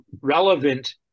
relevant